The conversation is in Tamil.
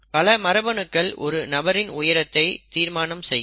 பல மரபணுக்கள் ஒரு நபரின் உயரத்தை தீர்மானம் செய்யும்